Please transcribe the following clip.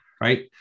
right